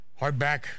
hardback